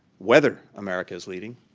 whether america's leading.